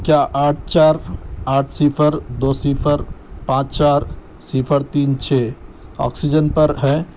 کیا آٹھ چار آٹھ صِفر دو صِفر پانچ چار صِفر تین چھ آکسیجن پر ہیں